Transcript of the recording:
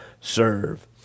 serve